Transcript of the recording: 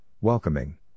welcoming